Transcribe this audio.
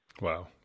wow